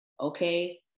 okay